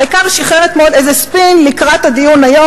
העיקר ששחרר אתמול איזה ספין לקראת הדיון היום.